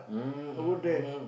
mm mm mm